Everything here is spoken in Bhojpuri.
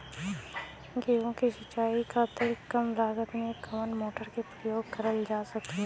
गेहूँ के सिचाई खातीर कम लागत मे कवन मोटर के प्रयोग करल जा सकेला?